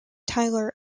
tyler